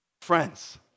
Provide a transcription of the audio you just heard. Friends